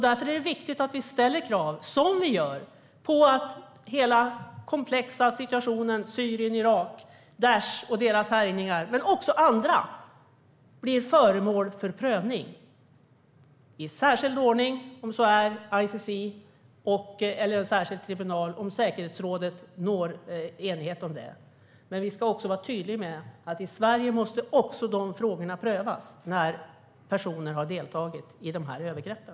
Därför är det viktigt att vi ställer krav - vilket vi gör - på att hela den komplexa situationen i Syrien och Irak med Daish och dess härjningar, men även andra, blir föremål för prövning i särskild ordning i ICC eller i en särskild tribunal om säkerhetsrådet kommer överens om det. Men vi ska också vara tydliga med att dessa frågor måste prövas i Sverige när personer härifrån har deltagit i sådana övergrepp.